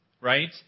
right